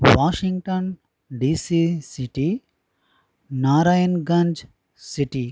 Washington DC city Narayanganj city